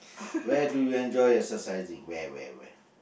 where do you enjoy your exercising where where where